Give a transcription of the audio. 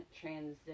transition